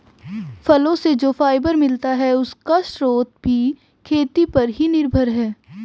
फलो से जो फाइबर मिलता है, उसका स्रोत भी खेती पर ही निर्भर है